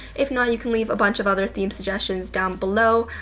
if not you can leave a bunch of other theme suggestions down below.